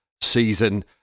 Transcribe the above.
season